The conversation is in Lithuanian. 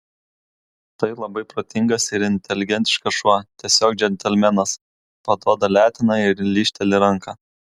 tai labai protingas ir inteligentiškas šuo tiesiog džentelmenas paduoda leteną ir lyžteli ranką